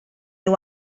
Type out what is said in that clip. nhw